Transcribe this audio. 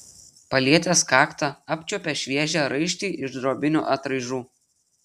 palietęs kaktą apčiuopė šviežią raištį iš drobinių atraižų